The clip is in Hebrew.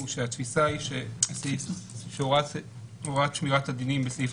שהתפיסה היא שהוראת שמירת הדינים בסעיף